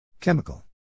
Chemical